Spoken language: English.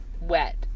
wet